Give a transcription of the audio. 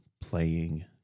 playing